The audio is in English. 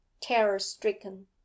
terror-stricken